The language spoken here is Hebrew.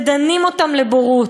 ודנים אותם לבורות,